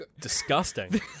disgusting